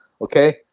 okay